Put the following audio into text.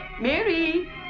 Mary